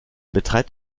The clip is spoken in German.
betreibt